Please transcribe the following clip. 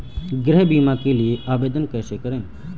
गृह बीमा के लिए आवेदन कैसे करें?